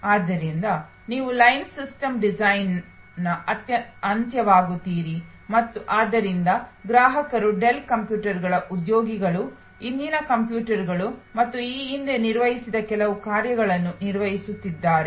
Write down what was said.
ಆದ್ದರಿಂದ ನೀವು line system ಡಿಸೈನರ್ನ ಅಂತ್ಯವಾಗುತ್ತೀರಿ ಮತ್ತು ಆದ್ದರಿಂದ ಗ್ರಾಹಕರು ಡೆಲ್ ಕಂಪ್ಯೂಟರ್ಗಳ ಉದ್ಯೋಗಿಗಳು ಹಿಂದಿನ ಕಂಪ್ಯೂಟರ್ಗಳು ಈ ಹಿಂದೆ ನಿರ್ವಹಿಸಿದ ಕೆಲವು ಕಾರ್ಯಗಳನ್ನು ನಿರ್ವಹಿಸುತ್ತಿದ್ದಾರೆ